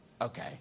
okay